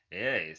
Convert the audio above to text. Yes